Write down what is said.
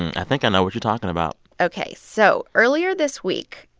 and i think i know what you're talking about ok. so earlier this week,